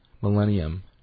millennium